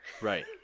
right